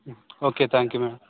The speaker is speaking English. okay thank you madam